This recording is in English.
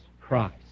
Christ